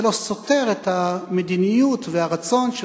האם זה לא סותר את המדיניות והרצון של